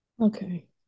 okay